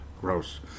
Gross